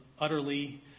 utterly